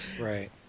right